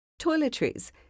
Toiletries